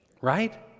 right